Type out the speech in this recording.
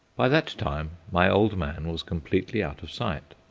by that time my old man was completely out of sight.